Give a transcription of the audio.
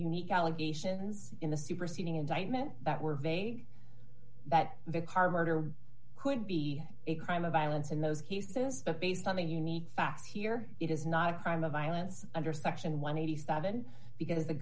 unique allegations in the superseding indictment that were vague that the car murder could be a crime of violence in those cases but based on the unique facts here it is not a crime of violence under section one hundred and seven dollars because the